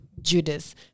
Judas